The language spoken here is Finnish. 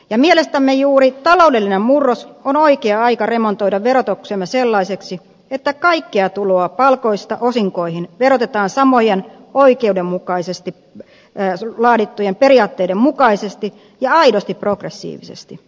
ja mielestämme juuri taloudellinen murros on oikea aika remontoida verotuksemme sellaiseksi että kaikkea tuloa palkoista osinkoihin verotetaan samojen oikeudenmukaisesti laadittujen periaatteiden mukaisesti ja aidosti progressiivisesti